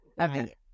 okay